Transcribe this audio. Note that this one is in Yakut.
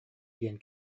диэн